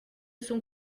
sont